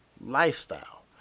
lifestyle